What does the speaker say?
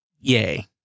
yay